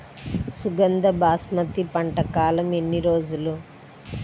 సుగంధ బాస్మతి పంట కాలం ఎన్ని రోజులు?